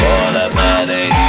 Automatic